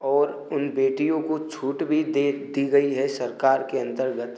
और उन बेटियों को छूट भी दे दी गई है सरकार के अन्तर्गत